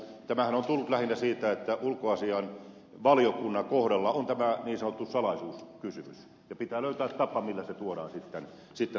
tämähän on tullut lähinnä siitä että ulkoasiainvaliokunnan kohdalla on tämä niin sanottu salaisuuskysymys ja pitää löytää tapa millä se tuodaan sitten tänne